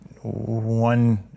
one